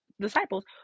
disciples